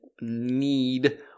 Need